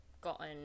gotten